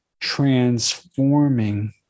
transforming